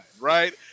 right